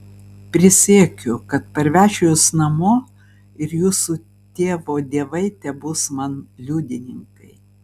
prisiekiu kad parvešiu jus namo ir jūsų tėvo dievai tebus man liudininkai